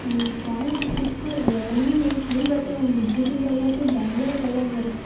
गोंया तुका तितकोन रेरली मेळटली बट म्हजे भशेन जाल्यार